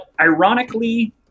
ironically